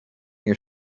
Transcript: your